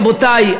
רבותי,